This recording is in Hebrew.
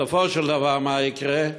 בסופו של דבר, מה יקרה?